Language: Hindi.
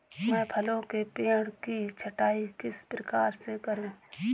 मैं फलों के पेड़ की छटाई किस प्रकार से करूं?